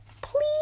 Please